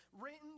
written